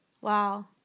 wow